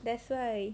that's why